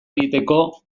egiteko